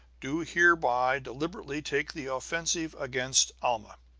do hereby deliberately take the offensive against alma.